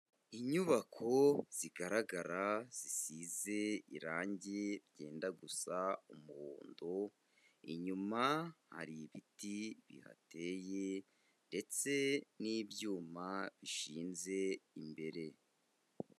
Inyubako zigaragara zisize irangi ryenda gusa umuhondo, inyuma hari ibiti bihateye, ndetse n'ibyuma bishinze imbere.